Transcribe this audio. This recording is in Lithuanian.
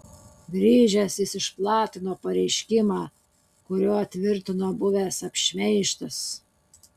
grįžęs jis išplatino pareiškimą kuriuo tvirtino buvęs apšmeižtas